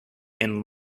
and